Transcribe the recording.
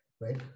right